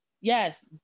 Yes